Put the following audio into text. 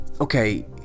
Okay